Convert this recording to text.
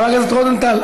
חבר הכנסת רוזנטל,